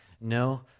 no